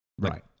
Right